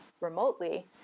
remotely